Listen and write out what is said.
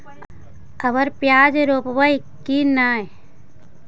अबर प्याज रोप्बो की नय?